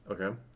Okay